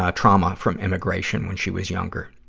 ah trauma from immigration when she was younger.